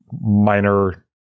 minor